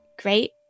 great